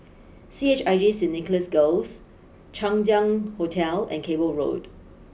C H I J Saint Nicholas Girls Chang Ziang Hotel and Cable Road